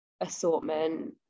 assortment